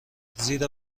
زیرا